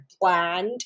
bland